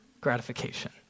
gratification